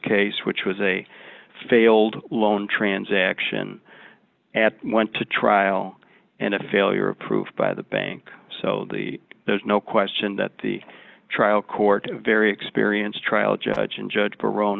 case which was a failed loan transaction at went to trial and a failure approved by the bank so the there's no question that the trial court very experienced trial judge and judge baro